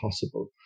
possible